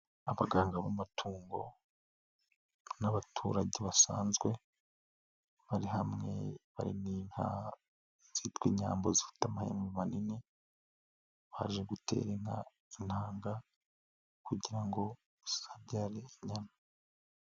Abaganga b'amatungo n'abaturage basanzwe bari hamwe bari n'inka zitwa inyambo zifite amahembe manini, baje gutera inka intanga kugira ngo zizabyare inyana.